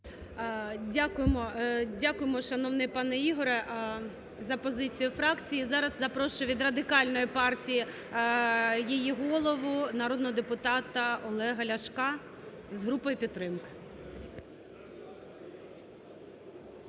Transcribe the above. дякуємо, шановний пане Ігорю, за позицію фракції. Зараз запрошую від Радикальної партії її голову народного депутата Олега Ляшка з групою підтримки.